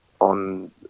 on